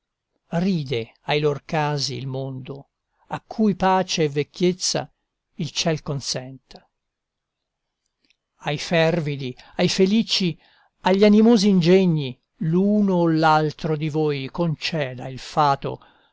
terra ride ai lor casi il mondo a cui pace e vecchiezza il ciel consenta ai fervidi ai felici agli animosi ingegni l'uno o l'altro di voi conceda il fato